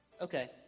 Okay